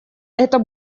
это